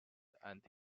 anti